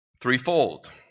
threefold